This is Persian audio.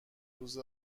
روز